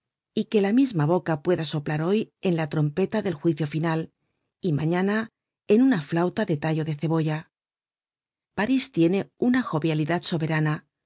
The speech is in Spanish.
y que la misma boca pueda soplar hoy en la trompeta del juicio final y mañana en una flauta de tallo de cebolla parís tiene una jovialidad soberana